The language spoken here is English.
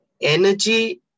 energy